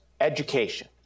education